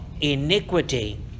iniquity